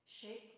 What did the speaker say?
Shape